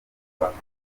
bakoze